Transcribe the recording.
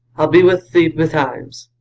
i'll be with thee betimes.